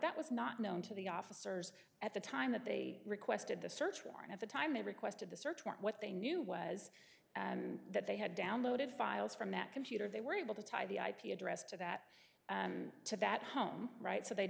that was not known to the officers at the time that they requested the search warrant at the time they requested the search warrant what they knew was that they had downloaded files from that computer they were able to tie the ip address to that to that home right so they